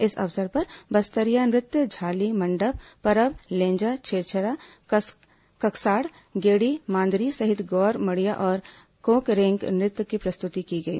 इस अवसर पर बस्तरिया नृत्य झाली मंडप परब लेंजा छेरछेरा ककसाड गेड़ी मांदरी सहित गौर मड़िया और कोकरेंग नृत्य की प्रस्तुति की गई